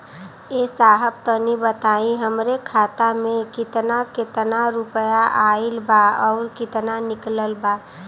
ए साहब तनि बताई हमरे खाता मे कितना केतना रुपया आईल बा अउर कितना निकलल बा?